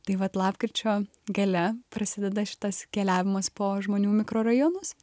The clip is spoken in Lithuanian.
tai vat lapkričio gale prasideda šitas keliavimas po žmonių mikrorajonus